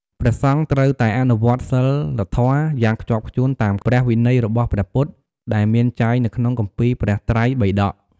ព្រះសង្ឃត្រូវតែ អនុវត្តសីលធម៌ យ៉ាងខ្ជាប់ខ្ជួនតាម ព្រះវិន័យរបស់ព្រះពុទ្ធ ដែលមានចែងនៅក្នុងគម្ពីរព្រះត្រៃបិដក។